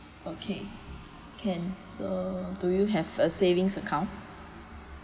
okay can so do you have a savings account